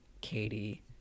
Katie